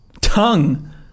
Tongue